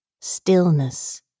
stillness